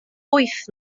wyth